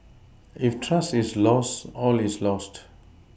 if trust is lost all is lost